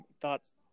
Thoughts